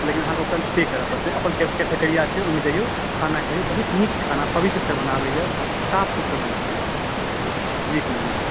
लेकिन अहाँकेॅं ओ पे करऽ पड़तै अपन कैफेटेरिया छै जइऔ खाना खइऔ बहुत नीक खाना पवित्र से बनाबैया साफ सुथड़ा से बनाबैया जी कुन्दन जी